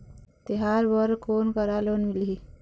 तिहार बर कोन करा लोन मिलही?